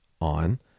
on